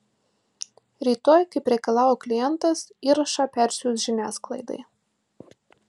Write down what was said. rytoj kaip reikalavo klientas įrašą persiųs žiniasklaidai